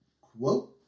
Quote